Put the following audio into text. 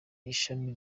ishami